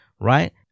right